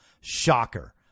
Shocker